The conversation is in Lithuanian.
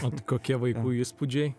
ot kokie vaikų įspūdžiai